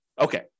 Okay